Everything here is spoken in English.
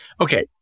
Okay